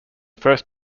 first